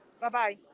Bye-bye